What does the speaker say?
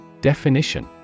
Definition